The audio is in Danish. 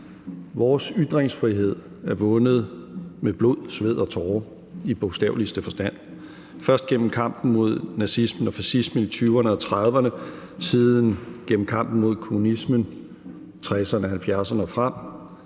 Vores ytringsfrihed er vundet med blod, sved og tårer, i bogstaveligste forstand – først gennem kampen mod nazismen og fascismen i 1920'erne og 1930'erne, siden gennem kampen mod kommunismen i 1960'erne, 1970'erne og frem.